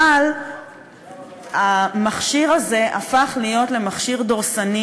אבל המכשיר הזה הפך להיות מכשיר דורסני